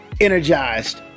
energized